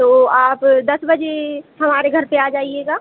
तो आप दस बजे हमारे घर पर आ जाइएगा